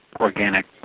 organic